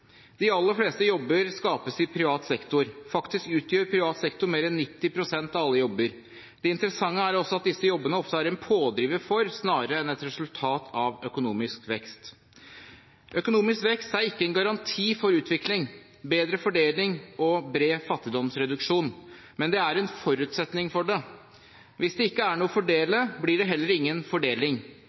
De aller fleste jobber skapes i privat sektor. Faktisk utgjør privat sektor mer enn 90 pst. av alle jobber. Det interessante er at disse jobbene ofte er en pådriver for, snarere enn et resultat av, økonomisk vekst. Økonomisk vekst er ikke en garanti for utvikling, bedre fordeling og bred fattigdomsreduksjon, men det er en forutsetning for det. Hvis det ikke er noe å fordele, blir det heller ingen fordeling.